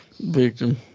victim